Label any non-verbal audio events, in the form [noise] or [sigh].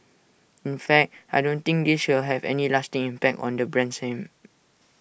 in fact I don't think this will have any lasting impact on the brand's name [noise]